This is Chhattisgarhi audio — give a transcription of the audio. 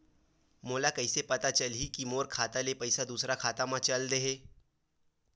मोला कइसे पता चलही कि मोर खाता ले पईसा दूसरा खाता मा चल देहे?